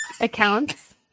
accounts